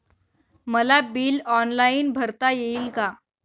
मला bill online भरता येईल का?